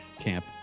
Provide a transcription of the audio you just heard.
camp